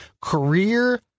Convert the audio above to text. career